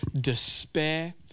despair